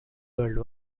world